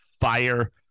fire